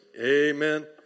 Amen